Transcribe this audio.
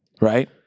right